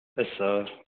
yes sir